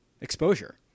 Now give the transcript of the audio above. exposure